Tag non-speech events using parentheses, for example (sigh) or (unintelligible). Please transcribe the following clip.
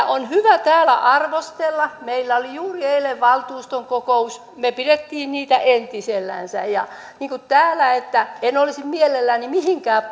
(unintelligible) on hyvä täällä arvostella meillä oli juuri eilen valtuuston kokous me pidimme ne entisellänsä täällä en olisi mielelläni mihinkään (unintelligible)